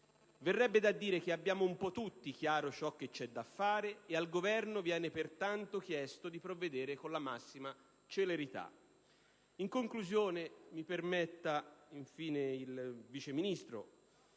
Verrebbe da dire che abbiamo tutti chiaro ciò che c'è da fare e al Governo viene pertanto chiesto di provvedere con la massima celerità.